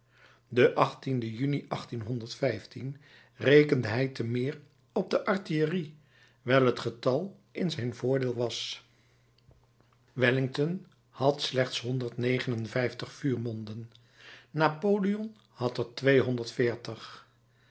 den juni rekende hij te meer op de artillerie wijl het getal in zijn voordeel was wellington had slechts honderd negen en vijftig vuurmonden napoleon had er